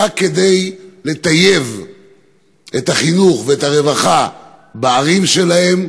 רק כדי לטייב את החינוך ואת הרווחה בערים שלהם,